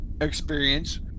experience